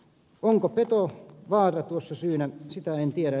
onko petovaara tuossa syynä sitä en tiedä